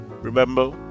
Remember